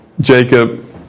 Jacob